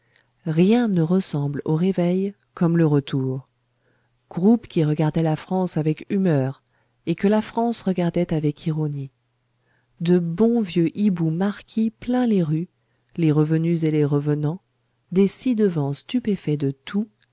rien ne ressemble au réveil comme le retour groupe qui regardait la france avec humeur et que la france regardait avec ironie de bons vieux hiboux marquis plein les rues les revenus et les revenants des ci-devant stupéfaits de tout